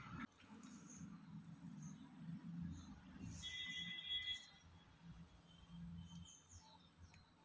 hydroponics ಒಂದು ನಮನೆ ತೋಟಗಾರಿಕೆ ಮತ್ತೆ ಜಲಕೃಷಿಯ ಉಪವಿಭಾಗ ಅಗೈತೆ